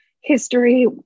history